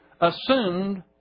Assumed